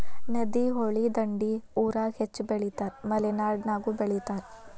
ನದಿ, ಹೊಳಿ ದಂಡಿ ಊರಾಗ ಹೆಚ್ಚ ಬೆಳಿತಾರ ಮಲೆನಾಡಾಗು ಬೆಳಿತಾರ